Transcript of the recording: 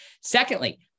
Secondly